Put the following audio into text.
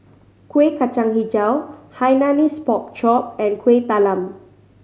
Kueh Kacang Hijau Hainanese Pork Chop and Kuih Talam